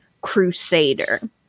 crusader